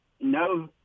no